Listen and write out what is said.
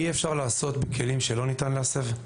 אי אפשר לעשות בכלים שלא ניתן להסב?